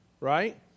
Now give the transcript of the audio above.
right